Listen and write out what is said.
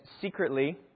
secretly